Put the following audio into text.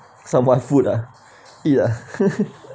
somewhat food ah eat ah